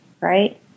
Right